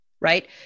Right